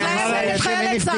להתלהם נגד חיילי צה"ל.